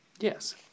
Yes